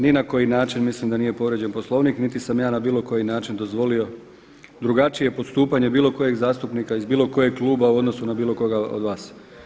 Ni na koji način mislim da nije povrijeđen Poslovnik niti sam ja na bilo koji način dozvolio drugačije postupanje bilo kojeg zastupnika iz bilo kojeg kluba u odnosu na bilo koga od vas.